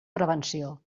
prevenció